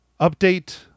update